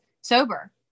sober